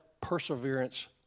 perseverance